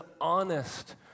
honest